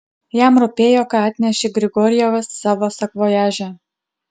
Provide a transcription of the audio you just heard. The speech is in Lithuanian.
jam rūpėjo ką atnešė grigorjevas savo sakvojaže